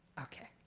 Okay